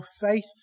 faith